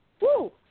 Woo